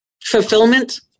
Fulfillment